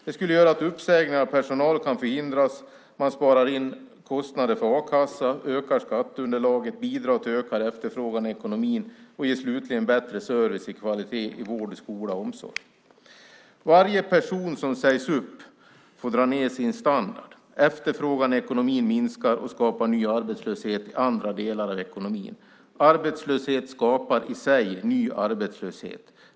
Det skulle innebära att uppsägningar av personal kan förhindras. Man sparar in kostnader för a-kassa, ökar skatteunderlaget, bidrar till ökad efterfrågan i ekonomin och ger slutligen bättre service och kvalitet i vård, skola och omsorg. Varje person som sägs upp får dra ned sin standard. Efterfrågan i ekonomin minskar och skapar ny arbetslöshet i andra delar av ekonomin. Arbetslöshet skapar i sig ny arbetslöshet.